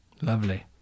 Lovely